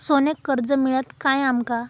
सोन्याक कर्ज मिळात काय आमका?